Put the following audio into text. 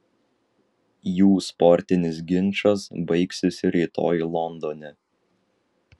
jų sportinis ginčas baigsis rytoj londone